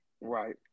Right